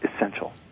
essential